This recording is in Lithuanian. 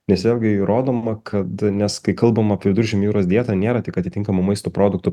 nes vėlgi įrodoma kad nes kai kalbam apie viduržemio jūros dietą nėra tik atitinkamų maisto produktų